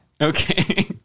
Okay